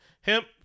Hemp